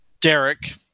Derek